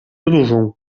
różą